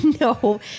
No